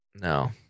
No